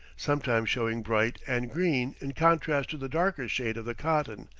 sometimes showing bright and green in contrast to the darker shade of the cotton,